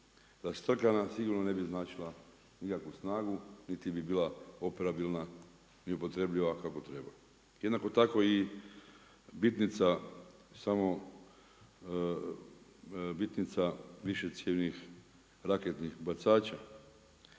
Raštrkana sigurno ne bi značila nikakvu snagu niti bi bila operabilna i upotrebljiva kako treba. Jednako tako i bitnica višecjevnih raketnih bacača.